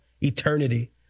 eternity